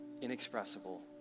Inexpressible